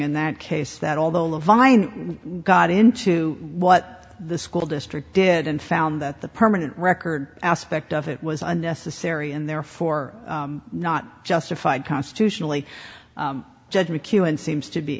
in that case that although le vine got into what the school district did and found that the permanent record aspect of it was unnecessary and therefore not justified constitutionally judge mckeown seems to be